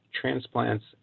transplants